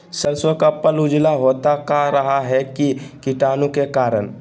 सरसो का पल उजला होता का रहा है की कीटाणु के करण?